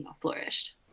flourished